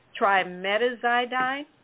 trimetazidine